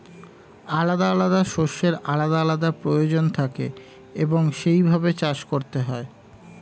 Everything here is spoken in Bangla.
আলাদা আলাদা শস্যের আলাদা আলাদা প্রয়োজন থাকে এবং সেই ভাবে চাষ করতে হয়